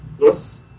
Yes